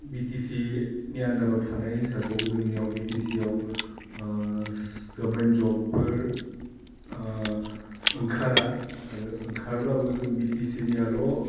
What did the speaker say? बिटिसिनि आन्दाराव थानाय हिसाबाव जोंनियाव बिटिसिआव सिस गभमेन्ट जबफोर ओंखारा आरो ओंखारब्लाबो जों बिटिसिनिआल'